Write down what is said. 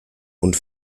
und